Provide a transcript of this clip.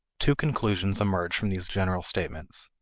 two conclusions emerge from these general statements.